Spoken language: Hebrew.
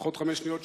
פחות חמש שניות,